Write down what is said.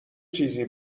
چیزی